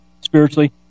spiritually